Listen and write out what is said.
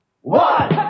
One